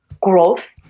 growth